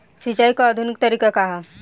सिंचाई क आधुनिक तरीका का ह?